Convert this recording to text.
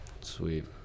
sweet